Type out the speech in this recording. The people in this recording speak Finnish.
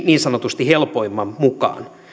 niin sanotusti helpoimman mukaan